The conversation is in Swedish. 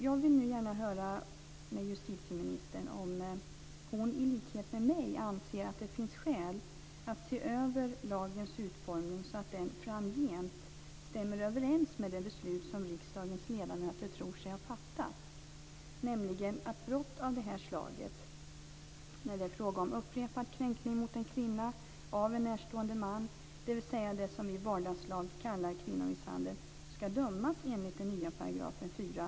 Jag vill nu gärna höra med justitieministern om hon i likhet med mig anser att det finns skäl att se över lagens utformning så att den framgent stämmer överens med det beslut som riksdagens ledamöter tror sig ha fattat, nämligen att brott av det här slaget när det är fråga om upprepad kränkning av en kvinna av en närstående man, dvs. det vi i vardagslag kallar kvinnomisshandel, skall dömas enligt den nya 4a §.